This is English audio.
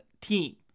team